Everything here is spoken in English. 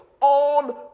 on